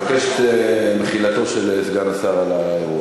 אני מבקש להוציא את חבר הכנסת חזן מהאולם.